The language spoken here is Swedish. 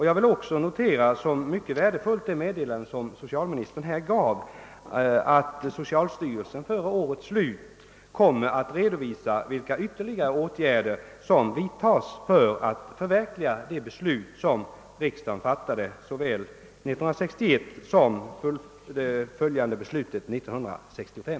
Jag vill också som mycket värdefullt notera det meddelande socialministern här gav, att socialstyrelsen före årets slut kommer att redovisa vilka ytterligare åtgärder som vidtas för att förverkliga de beslut riksdagen fattade såväl 1961 som 1965.